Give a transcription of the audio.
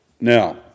Now